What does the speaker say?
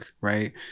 right